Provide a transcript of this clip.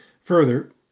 Further